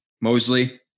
Mosley